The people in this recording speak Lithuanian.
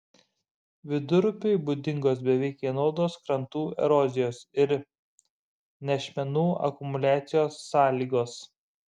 vidurupiui būdingos beveik vienodos krantų erozijos ir nešmenų akumuliacijos sąlygos